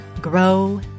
Grow